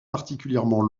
particulièrement